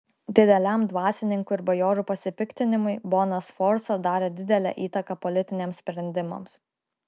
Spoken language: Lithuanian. dideliam dvasininkų ir bajorų pasipiktinimui bona sforza darė didelę įtaką politiniams sprendimams